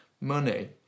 money